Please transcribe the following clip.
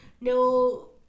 no